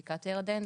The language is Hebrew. בקעת הירדן,